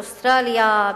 באוסטרליה,